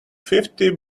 fifty